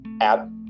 add